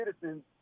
citizens